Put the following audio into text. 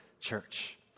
church